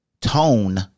tone